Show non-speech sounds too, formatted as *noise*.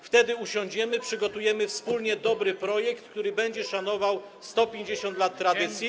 Wtedy usiądziemy, *noise* przygotujemy wspólnie dobry projekt, który będzie szanował 150 lat tradycji.